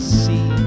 see